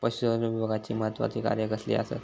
पशुसंवर्धन विभागाची महत्त्वाची कार्या कसली आसत?